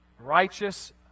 righteous